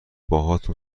باهاتون